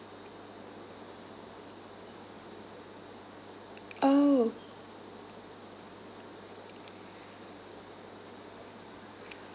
oh